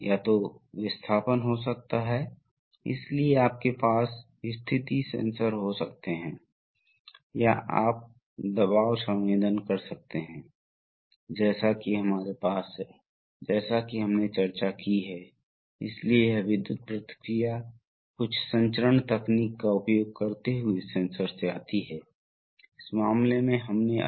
तो और यह एक प्रवाह नियंत्रण वाल्व है और यह एक है फिर से एक यंत्रवत् इसलिए यंत्रवत रूप से संचालित वाल्व यदि आप स्विच का संचालन करते हैं यदि आप स्विच का संचालन करते हैं जब तक आप स्विच संचालित नहीं करते हैं तो यह एक सीधा शॉट है अर्थात यह लाइन खुली है